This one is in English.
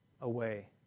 away